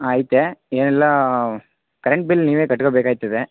ಹಾಂ ಐತೆ ಏನಿಲ್ಲಾ ಕರೆಂಟ್ ಬಿಲ್ ನೀವೇ ಕಟ್ಕೋಬೇಗಾಗ್ತದೆ